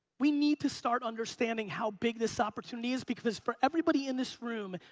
we need to start understanding how big this opportunity is, because, for everybody in this room,